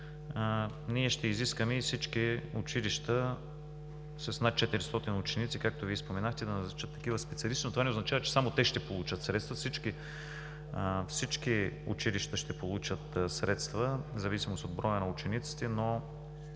ние ще изискаме и всички училища с над 400 ученици, както Вие споменахте, да назначат такива специалисти. Това не означава, че само те ще получат средства. Всички училища ще получат средства в зависимост от броя на учениците, но